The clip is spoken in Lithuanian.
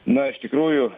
na iš tikrųjų